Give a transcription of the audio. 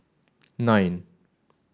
nine